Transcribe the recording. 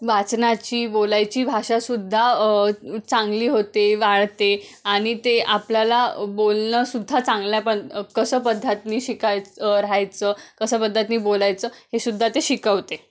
वाचनाची बोलायची भाषाासुद्धा चांगली होते वळते आणि ते आपल्याला बोलणसुद्धा चांगल्या प कसं पद्धतनी शिकायच राहायचं कसं पद्धतनी बोलायचं हे सुुद्धा ते शिकवते